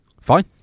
Fine